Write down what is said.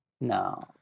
no